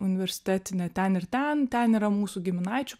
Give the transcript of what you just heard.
universitetinę ten ir ten ten yra mūsų giminaičių